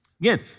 Again